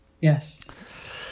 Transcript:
Yes